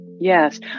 Yes